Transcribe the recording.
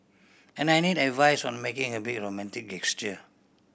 and I need advice on making a big romantic gesture